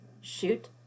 shoot